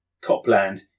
Copland